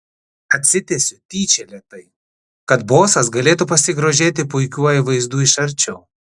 atsitiesiu tyčia lėtai kad bosas galėtų pasigrožėti puikiuoju vaizdu iš arčiau